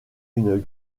une